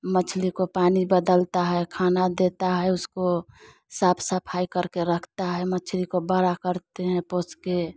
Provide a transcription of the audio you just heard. मछली को पानी बदलता है खाना देता है उसको साफ सफाई करके रखता है मछली को बड़ा करते हैं पोस कर